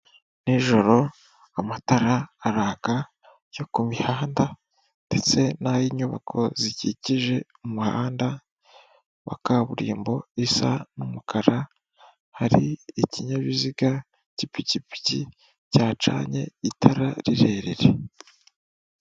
Nijoro amatara araka yo ku mihanda ndetse n'ay'inyubako zikikije umuhanda wa kaburimbo isa n'umukara, hari ikinyabiziga cy'ipikipiki cyacanye itara rirerire.